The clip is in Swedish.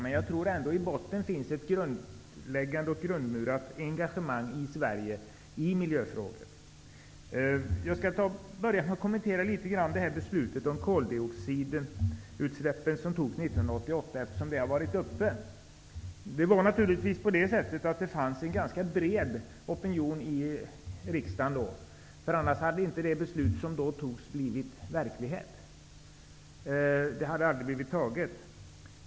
Men jag tror ändå att det i botten finns ett grundläggande och grundmurat engagemang i Sverige för miljöfrågor. Jag skall börja med att litet grand kommentera det beslut om koldioxidutsläpp som fattades 1988, eftersom den frågan har diskuterats. Då fanns det en ganska bred opinion i riksdagen, annars hade inte det beslutet fattats.